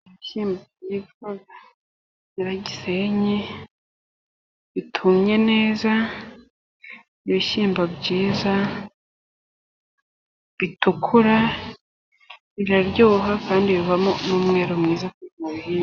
Ibishyimbo byitwa Nyiragisenyi, bitumye neza, ibishyimbo byiza, bitukura, biraryoha, kandi bivamo n'umwero mwiza iyo wabihinze.